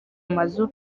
amazu